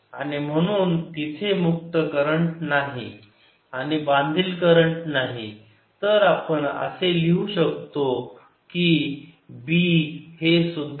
आणि म्हणून तिथे मुक्त करंट नाही आणि बांधील करंट नाही तर आपण असे लिहू शकतो की B हेसुद्धा 0 आहे